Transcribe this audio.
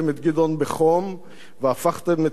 והפכתם את חייו לבעלי משמעות